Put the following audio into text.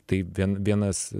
tai vien vienas